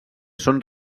són